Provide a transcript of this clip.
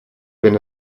wenn